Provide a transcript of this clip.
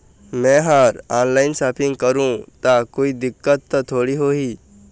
मैं हर online shopping करू ता कोई दिक्कत त थोड़ी होही?